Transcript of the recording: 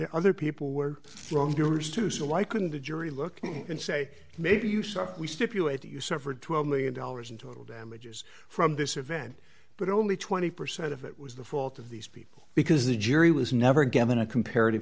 the other people were wrong doers to say like couldn't a jury look and say maybe you saw we stipulate that you suffered twelve million dollars in damages from this event but only twenty percent of it was the fault of these people because the jury was never given a comparative